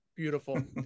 beautiful